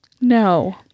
No